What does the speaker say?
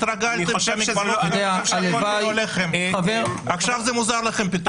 התרגלתם שהמגבלות --- אני חושב שזה --- עכשיו זה מוזר לכם פתאום.